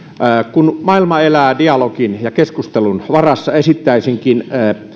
kun maailma elää dialogin ja keskustelun varassa esittäisinkin